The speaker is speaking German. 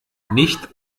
nicht